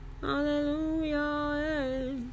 Hallelujah